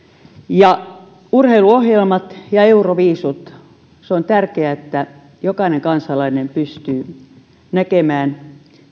ja urheiluohjelmat ja euroviisut se on tärkeää että jokainen kansalainen pystyy näkemään